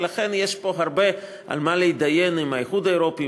ולכן יש פה הרבה על מה להתדיין עם האיחוד האירופי,